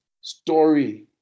story